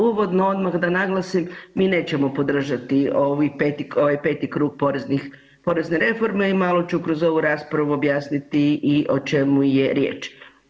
Uvodno odmah da naglasim, mi nećemo podržati ovaj 5. krug porezne reforme i malo ću kroz ovu raspravu objasniti i o čemu je riječ.